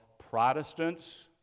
protestants